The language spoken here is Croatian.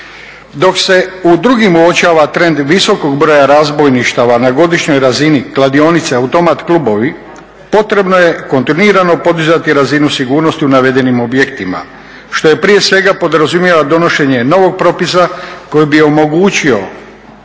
dok se u drugim uočava trend visokog broja razbojništava na godišnjoj razini kladionice, automat klubovi potrebno je kontinuirano podizati razinu sigurnosti u navedenim objektima što prije svega podrazumijeva donošenje novog propisa koji bi omogućio